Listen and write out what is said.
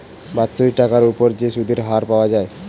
বাৎসরিক টাকার উপর যে সুধের হার পাওয়া যায়